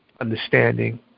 understanding